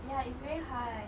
ya it's very hard